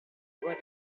doit